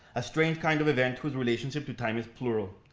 a strange kind of event whose relationship to time is plural.